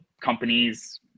companies